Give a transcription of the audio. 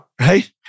Right